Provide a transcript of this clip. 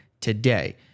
today